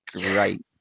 great